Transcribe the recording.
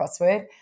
crossword